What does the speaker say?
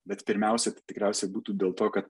bet pirmiausia tai tikriausiai būtų dėl to kad